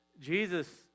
Jesus